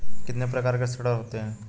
कितने प्रकार के ऋण होते हैं?